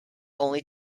only